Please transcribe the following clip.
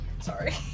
Sorry